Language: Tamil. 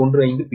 u